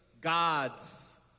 God's